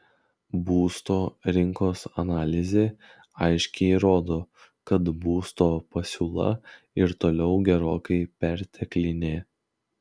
būsto rinkos analizė aiškiai rodo kad būsto pasiūla ir toliau gerokai perteklinė